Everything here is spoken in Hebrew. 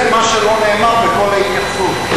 זה מה שלא נאמר בכל ההתייחסות.